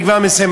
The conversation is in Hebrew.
אני כבר מסיים,